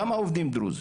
כמה עובדים דרוזים?